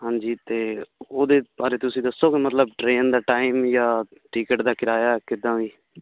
ਹਾਂਜੀ ਅਤੇ ਉਹਦੇ ਬਾਰੇ ਤੁਸੀਂ ਦੱਸੋ ਮਤਲਬ ਟ੍ਰੇਨ ਦਾ ਟਾਈਮ ਜਾਂ ਟਿਕਟ ਦਾ ਕਿਰਾਇਆ ਕਿੱਦਾਂ ਵੀ